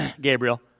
Gabriel